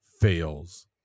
fails